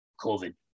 COVID